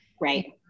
Right